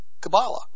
Kabbalah